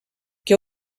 que